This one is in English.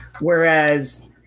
Whereas